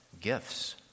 gifts